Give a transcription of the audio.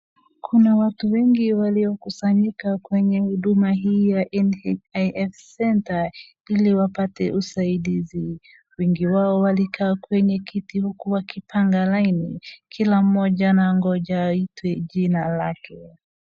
Kuna watu wengi waliokusanyika kwenye huduma hii ya NHIF Center iliwapate usaidizi. Wengi walikaa kwenye kiti huku wakipanga laini kila mmoja anangoja aitwe jina lake.